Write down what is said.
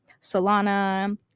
Solana